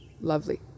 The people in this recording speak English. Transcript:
lovely